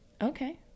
Okay